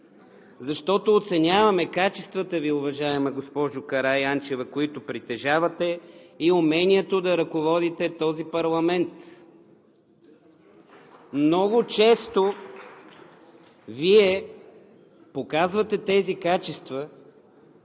защото оценяваме качествата Ви, уважаема госпожо Караянчева, които притежавате, и умението да ръководите този парламент. Много често Вие показвате тези качества